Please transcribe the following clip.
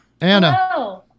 Anna